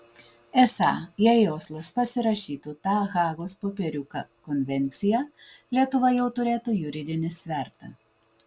esą jei oslas pasirašytų tą hagos popieriuką konvenciją lietuva jau turėtų juridinį svertą